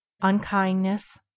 Unkindness